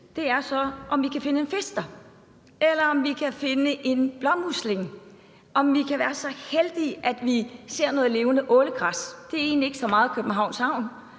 er så, om vi kan finde en fisk, om vi kan finde en blåmusling, eller om vi kan være så heldige, at vi ser noget levende ålegræs. Det handler egentlig ikke så meget om Københavns Havn.